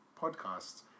podcasts